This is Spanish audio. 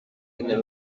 tener